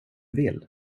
vill